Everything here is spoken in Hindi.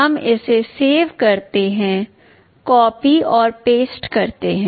हम इसे सेव करते हैं कॉपी और पेस्ट करते हैं